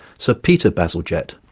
so peter bazalgette,